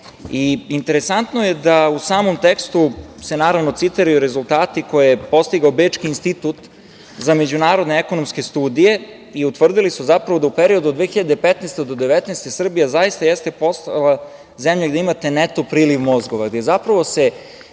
Interesantno je da u samom tekstu se naravno citiraju rezultati koje je postigao Bečki institut za međunarodne ekonomske studije i utvrdili su zapravo da u periodu od 2015. do 2019. godine Srbija zaista jeste poslala zemlja gde imate neto priliv mozgova, gde zapravo